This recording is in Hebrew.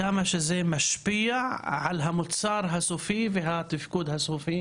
כמה שזה משפיע על המוצר הסופי והתפקוד הסופי